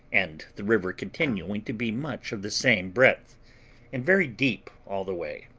and the river continuing to be much of the same breadth and very deep all the way,